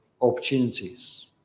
opportunities